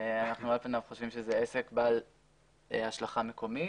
חושבים שזה עסק בעל השלכה מקומית.